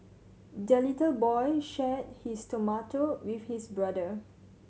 the little boy shared his tomato with his brother